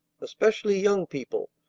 especially young people,